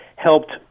helped